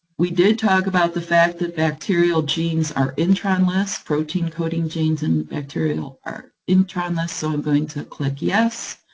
we did talk about the fact that bacterial genes are intron-less, protein coding genes in bacterial are intron-less, so i'm going to click yes,